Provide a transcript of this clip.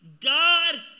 God